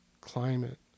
climate